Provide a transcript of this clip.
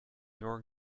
your